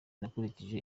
nakurikije